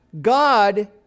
God